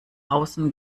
außen